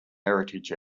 heritage